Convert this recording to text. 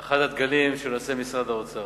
אחד הדגלים שנושא משרד האוצר.